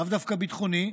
לאו דווקא ביטחוני,